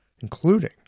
including